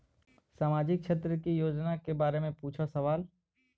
सामाजिक क्षेत्र की योजनाए के बारे में पूछ सवाल?